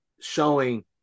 showing